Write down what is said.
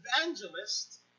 evangelist